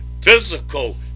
physical